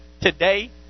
today